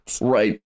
Right